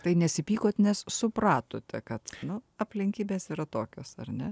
tai nesipykot nes supratote kad nu aplinkybės yra tokios ar ne